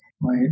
right